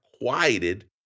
quieted